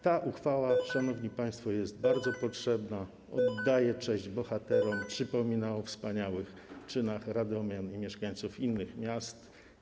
Ta uchwała, szanowni państwo, jest bardzo potrzebna, oddaje cześć bohaterom, przypomina o wspaniałych czynach radomian i mieszkańców innych miast.